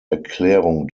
erklärung